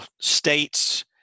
states